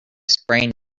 sprained